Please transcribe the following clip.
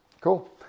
cool